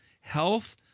health